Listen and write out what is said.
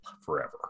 forever